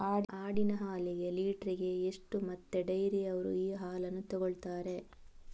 ಆಡಿನ ಹಾಲಿಗೆ ಲೀಟ್ರಿಗೆ ಎಷ್ಟು ಮತ್ತೆ ಡೈರಿಯವ್ರರು ಈ ಹಾಲನ್ನ ತೆಕೊಳ್ತಾರೆ?